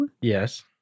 Yes